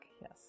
yes